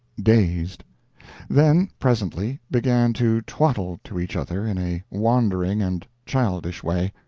dazed then presently began to twaddle to each other in a wandering and childish way.